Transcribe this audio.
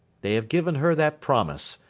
they have given her that promise.